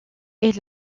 est